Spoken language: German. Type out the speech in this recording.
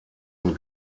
und